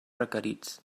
requerits